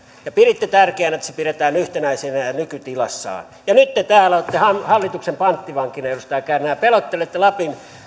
ja piditte tärkeänä että se pidetään yhtenäisenä ja nykytilassaan ja nyt te täällä olette hallituksen panttivankina edustaja kärnä ja pelottelette lapin